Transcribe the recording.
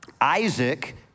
Isaac